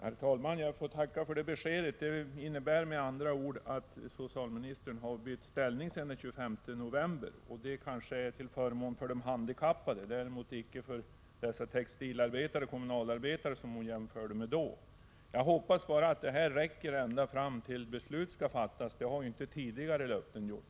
Herr talman! Jag får tacka för det beskedet. Det innebär med andra ord att socialministern har bytt ståndpunkt sedan den 25 november. Det kanske är till förmån för de handikappade — däremot inte för de textilarbetare och kommunalarbetare som hon jämförde med då. Jag hoppas bara att detta ställningstagande räcker ända fram till dess beslut skall fattas — det har inte tidigare löften gjort.